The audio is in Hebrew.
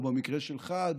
או במקרה שלך,